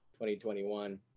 2021